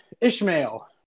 Ishmael